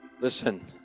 Listen